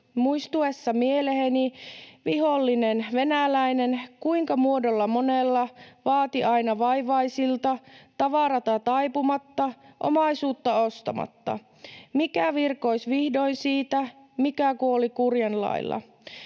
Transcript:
muistuessa mieleheni / vihollinen venäläinen / kuinka muodolla monella / vaati aina vaivaisilta tavarata taipumatta / omaisuutta ostamatta. / Mikä virkois vihdoin siitä, / mikä kuoli kurjan lailla!